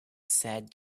said